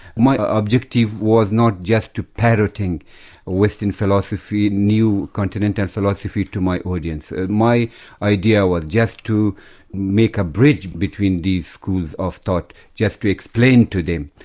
my objective was not just to parrot in western philosophy, new continental philosophy to my audience. and my idea was just to make a bridge between these schools of thought, just to explain to them.